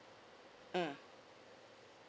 mm